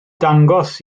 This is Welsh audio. dangos